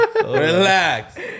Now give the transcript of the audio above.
Relax